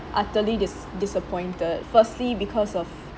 utterly dis~ disappointed firstly because of